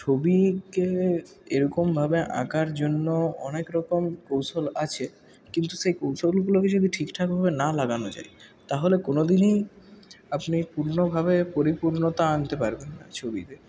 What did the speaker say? ছবিকে এরকমভাবে আঁকার জন্য অনেকরকম কৌশল আছে কিন্তু সেই কৌশলগুলোকে যদি ঠিকঠাকভাবে না লাগানো যায় তাহলে কোনোদিনই আপনি পূর্ণভাবে পরিপূর্ণতা আনতে পারবেন না ছবিতে